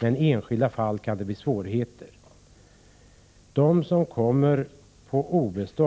men i enskilda fall kan det således uppstå svårigheter.